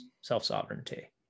self-sovereignty